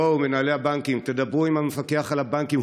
בואו, מנהלי הבנקים, תדברו עם המפקח על הבנקים.